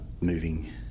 moving